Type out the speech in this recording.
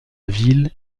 ville